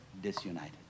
disunited